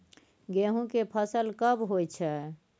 गेहूं के फसल कब होय छै?